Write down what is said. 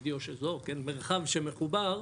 מרחב שמחובר,